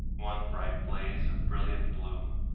one bright blaze of brilliant bloom,